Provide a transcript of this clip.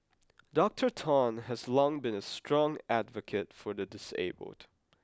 Doctor Tan has long been a strong advocate for the disabled